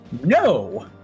No